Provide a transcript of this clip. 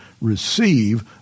receive